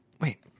wait